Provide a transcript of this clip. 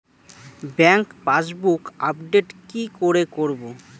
Bank passbook update কি করে করবো?